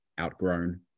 outgrown